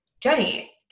jenny